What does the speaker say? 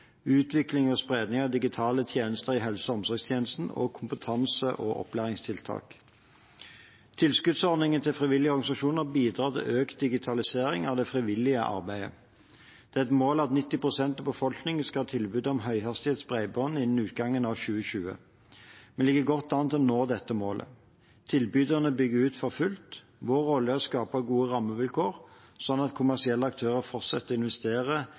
utvikling og spredning av digitale tjenester i helse- og omsorgstjenesten og kompetanse- og opplæringstiltak. Tilskuddsordningen til frivillige organisasjoner bidrar til økt digitalisering av det frivillige arbeidet. Det er et mål at 90 pst. av befolkningen skal ha tilbud om høyhastighetsbredbånd innen utgangen av 2020. Vi ligger godt an til å nå dette målet. Tilbyderne bygger ut for fullt. Vår rolle er å skape gode rammevilkår slik at kommersielle aktører fortsetter å investere